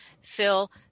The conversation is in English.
Phil